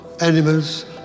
animals